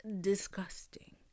disgusting